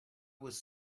was